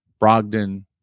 Brogdon